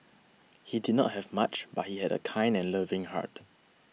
he did not have much but he had a kind and loving heart